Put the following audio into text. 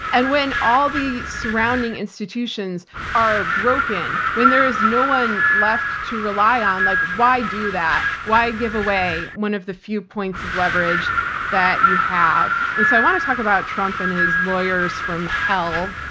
and when all the surrounding institutions are broken, when there is no one left to rely on, like why do that? why give away one of the few points of leverage that you have? and so, i want to talk about trump and his lawyers from hell.